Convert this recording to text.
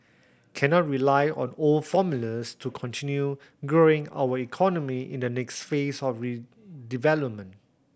cannot rely on old formulas to continue growing our economy in the next phase of development